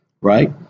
right